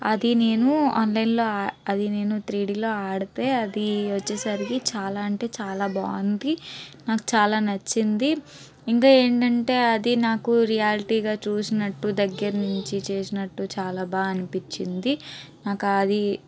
అది నేను ఆన్లైన్లో అది నేను త్రీడిలో ఆడితే అది వచ్చేసరికి చాలా అంటే చాలా బాగుంది నాకు చాలా నచ్చింది ఇంకా ఏంటంటే అది నాకు రియాలిటీగా చూసినట్టు దగ్గర నుంచి చేసినట్టు చాలా బాగా అనిపించింది నాకు అది